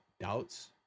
doubts